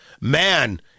man